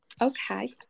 okay